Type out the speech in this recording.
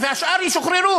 שוחררו, והשאר ישוחררו.